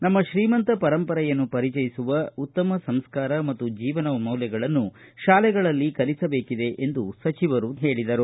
ನಮ್ಮ ಶ್ರೀಮಂತ ಪರಂಪರೆಯನ್ನು ಪರಿಚಯಿಸುವ ಉತ್ತಮ ಸಂಸ್ಕಾರ ಮತ್ತು ಜೀವನ ಮೌಲ್ಯಗಳನ್ನು ಶಾಲೆಗಳಲ್ಲಿ ಕಲಿಸಬೇಕಿದೆ ಎಂದು ಸಚಿವರು ತಿಳಿಸಿದರು